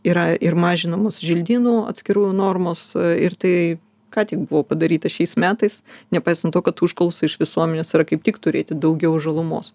yra ir mažinamos želdynų atskirų normos ir tai ką tik buvo padaryta šiais metais nepaisant to kad užklausų iš visuomenės yra kaip tik turėti daugiau žalumos